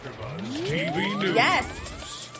Yes